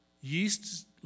Yeast